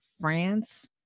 France